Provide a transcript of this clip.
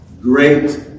Great